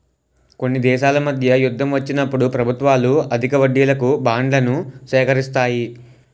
కొన్ని దేశాల మధ్య యుద్ధం వచ్చినప్పుడు ప్రభుత్వాలు అధిక వడ్డీలకు బాండ్లను సేకరిస్తాయి